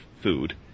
food